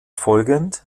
folgend